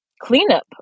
cleanup